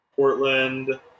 Portland